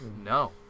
no